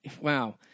Wow